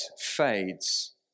fades